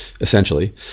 essentially